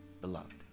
beloved